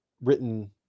written